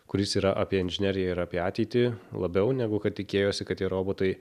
kuris yra apie inžineriją ir apie ateitį labiau negu kad tikėjosi kad tie robotai